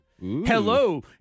Hello